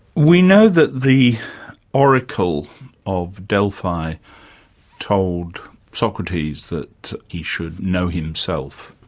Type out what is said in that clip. we know that the oracle of delphi told socrates that he should know himself,